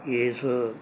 ਇਸ